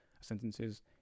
sentences